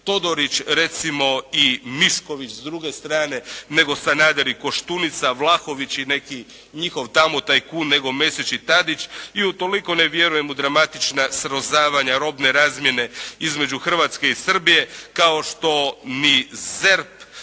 recimo i Misković s druge strane nego Sanader i Koštunica, Vlahović i neki, njihov tamo tajkun nego Mesić i Tadić. I u toliko ne vjerujem u dramatična srozavanja robne razmjene između Hrvatske i Srbije kao što ni ZERP,